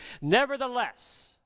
nevertheless